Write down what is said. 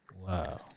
Wow